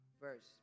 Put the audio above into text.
verse